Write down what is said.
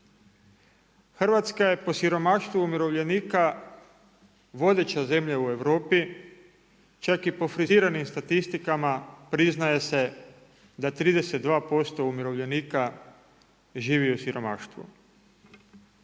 Hrvatska je po siromaštvu umirovljenika, vodeća zemlja u Europi, čak i po friziranim statistikama, priznaje se da 32% umirovljenika živi u siromaštvu.